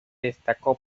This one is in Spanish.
destacó